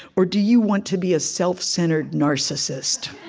or do you want to be a self-centered narcissist?